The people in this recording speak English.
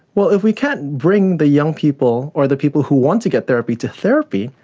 well, if we can't bring the young people or the people who want to get therapy to therapy,